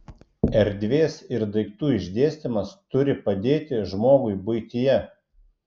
erdvės ir daiktų išdėstymas turi padėti žmogui buityje